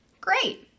Great